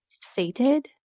sated